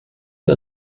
der